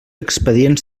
expedients